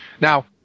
Now